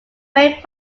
wave